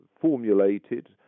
formulated